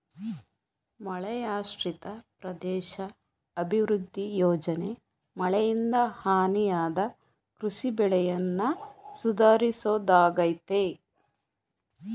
ಮಳೆಯಾಶ್ರಿತ ಪ್ರದೇಶ ಅಭಿವೃದ್ಧಿ ಯೋಜನೆ ಮಳೆಯಿಂದ ಹಾನಿಯಾದ ಕೃಷಿ ಬೆಳೆಯನ್ನ ಸುಧಾರಿಸೋದಾಗಯ್ತೆ